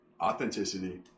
authenticity